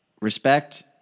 Respect